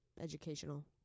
educational